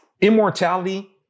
immortality